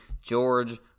George